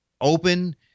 open